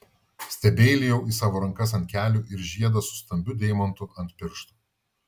stebeilijau į savo rankas ant kelių ir žiedą su stambiu deimantu ant piršto